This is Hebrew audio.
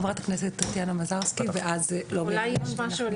חברת הכנסת טטיאנה מזרסקי ואז לובי המיליון.